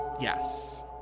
Yes